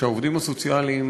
וכשהעובדים הסוציאליים,